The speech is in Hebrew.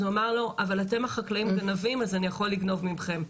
אבל הוא אמר לו אבל אתם החקלאים גנבים אז אני יכול לגנוב ממכם.